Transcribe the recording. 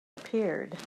appeared